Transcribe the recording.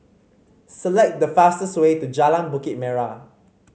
select the fastest way to Jalan Bukit Merah